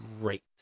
great